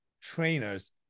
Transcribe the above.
trainers